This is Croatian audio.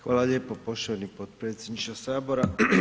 Hvala lijepo poštovani potpredsjedniče Sabora.